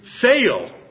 fail